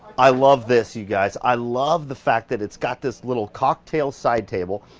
i love this you guys, i love the fact that it's got this little cocktail side table.